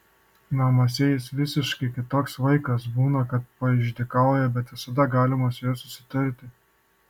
namuose jis visiškai kitoks vaikas būna kad paišdykauja bet visada galima su juo susitarti